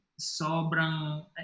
sobrang